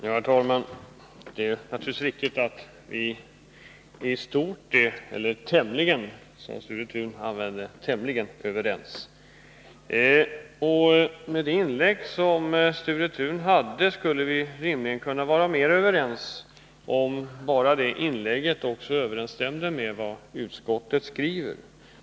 Herr talman! Det är naturligtvis riktigt att vi är ”tämligen överens”, som Sture Thun sade förut, och med Sture Thuns inlägg skulle vi rimligen kunna vara mera överens — bara det också överensstämde med vad utskottet skriver.